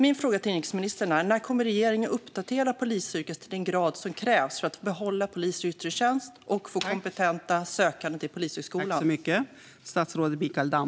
Min fråga till inrikesministern är: När kommer regeringen att uppdatera polisyrket till den grad som krävs för att behålla poliser i yttre tjänst och få kompetenta sökande till Polishögskolan?